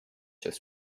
this